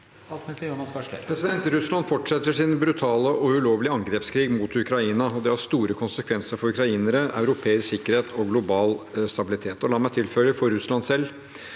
Russ- land fortsetter sin brutale og ulovlige angrepskrig mot Ukraina. Det har store konsekvenser for ukrainere, europeisk sikkerhet og global stabilitet, og la meg tilføye: for Russland selv.